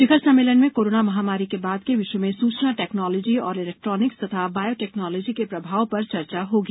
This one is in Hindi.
शिखर सम्मेलन में कोरोना महामारी के बाद के विश्व में सूचना टेक्नोलॉजी और इलेक्ट्रॉनिक्स तथा बायोटेक्नोलॉजी के प्रभाव पर चर्चा होगी